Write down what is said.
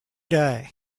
day